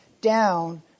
down